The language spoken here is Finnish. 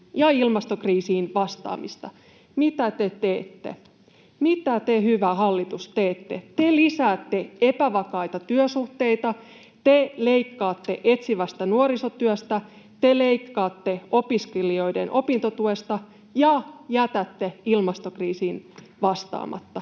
ilmastokriisiin vastaamista. Mitä te teette? Mitä te, hyvä hallitus, teette? Te lisäätte epävakaita työsuhteita, te leikkaatte etsivästä nuorisotyöstä, te leikkaatte opiskelijoiden opintotuesta ja jätätte ilmastokriisiin vastaamatta.